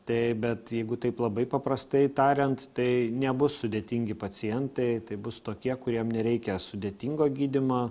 tai bet jeigu taip labai paprastai tariant tai nebus sudėtingi pacientai tai bus tokie kuriem nereikia sudėtingo gydymo